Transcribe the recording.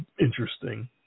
interesting